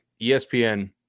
ESPN